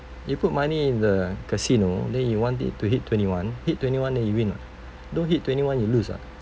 you put money in the casino then you want it to hit twenty-one hit twenty-one then you win [what] don't hit twenty-one you lose [what]